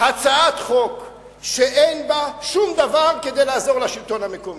הצעת חוק שאין בה שום דבר כדי לעזור לשלטון המקומי?